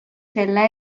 selle